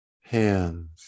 hands